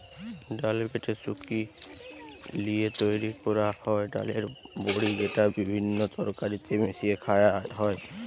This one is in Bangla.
ডাল বেটে শুকি লিয়ে তৈরি কোরা হয় ডালের বড়ি যেটা বিভিন্ন তরকারিতে মিশিয়ে খায়া হয়